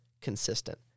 consistent